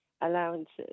Allowances